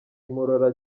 imurora